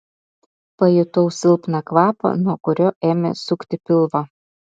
pajutau silpną kvapą nuo kurio ėmė sukti pilvą